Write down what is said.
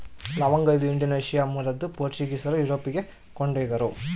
ಲವಂಗ ಇದು ಇಂಡೋನೇಷ್ಯಾ ಮೂಲದ್ದು ಪೋರ್ಚುಗೀಸರು ಯುರೋಪಿಗೆ ಕೊಂಡೊಯ್ದರು